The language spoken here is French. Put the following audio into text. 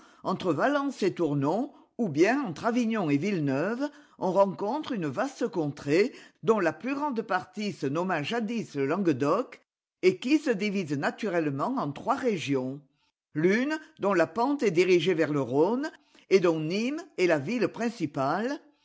entre valence et tournon ou bien entre avignon et villeneuve on rencontre une vaste contrée dont la plus grande partie se nomma jadis le languedoc et qui se divise naturellement en trois régions l'une dont la pente est dirigée vers le rhône et dont nîmes est la ville principale